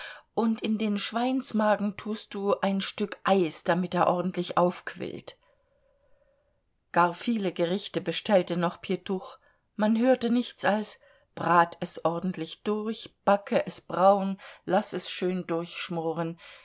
und in den schweinsmagen tust du ein stück eis damit er ordentlich aufquillt gar viele gerichte bestellte noch pjetusch man hörte nichts als brat es ordentlich durch backe es braun laß es schön durchschmoren